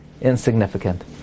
insignificant